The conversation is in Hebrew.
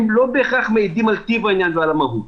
לא בהכרח מעידים על טיב העניין ועל המהות.